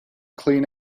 clean